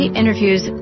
interviews